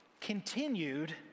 continued